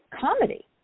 comedy